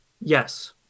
yes